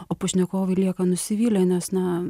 o pašnekovai lieka nusivylę nes na